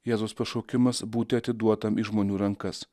jėzaus pašaukimas būti atiduotam į žmonių rankas